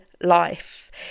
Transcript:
Life